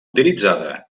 utilitzada